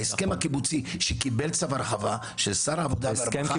ההסכם הקיבוצי שקיבל צו הרחבה ששר העבודה והרווחה --- ההסכם